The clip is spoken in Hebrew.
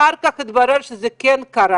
אחר כך התברר שזה כן קרה.